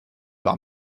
par